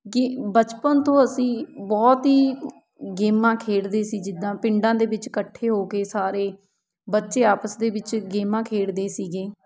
ਕਿ ਬਚਪਨ ਤੋਂ ਅਸੀਂ ਬਹੁਤ ਹੀ ਗੇਮਾਂ ਖੇਡਦੇ ਸੀ ਜਿੱਦਾਂ ਪਿੰਡਾਂ ਦੇ ਵਿੱਚ ਇਕੱਠੇ ਹੋ ਕੇ ਸਾਰੇ ਬੱਚੇ ਆਪਸ ਦੇ ਵਿੱਚ ਗੇਮਾਂ ਖੇਡਦੇ ਸੀਗੇ